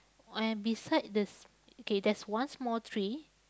and beside this okay there's one small tree